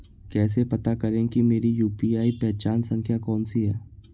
कैसे पता करें कि मेरी यू.पी.आई पहचान संख्या कौनसी है?